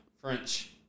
French